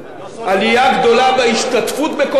עלייה גדולה בהשתתפות בכוח העבודה,